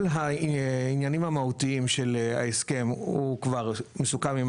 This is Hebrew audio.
כל העניינים המהותיים של ההסכם הוא כבר מסוכם עם